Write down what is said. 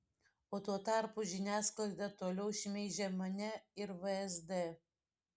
o tuo tarpu žiniasklaida toliau šmeižia mane ir vsd